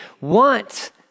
want